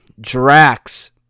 Drax